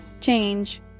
change